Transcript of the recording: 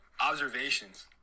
Observations